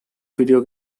video